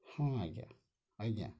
ହଁ ଆଜ୍ଞା ଆଜ୍ଞା